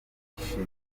bishira